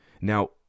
now